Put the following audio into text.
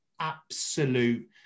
absolute